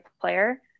player